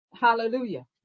Hallelujah